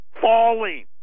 falling